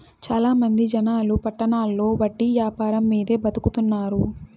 చాలా మంది జనాలు పట్టణాల్లో వడ్డీ యాపారం మీదే బతుకుతున్నారు